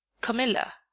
Camilla